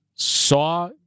Saw